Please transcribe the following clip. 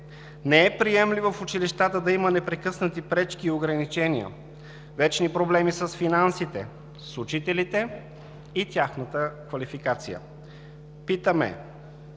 Не е приемливо в училищата да има непрекъснати пречки и ограничения, вечни проблеми с финансите, с учителите и тяхната квалификация. Питаме: